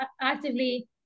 actively